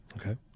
Okay